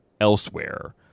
elsewhere